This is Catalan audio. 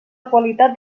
qualitat